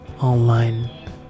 online